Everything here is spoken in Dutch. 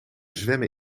zwemmen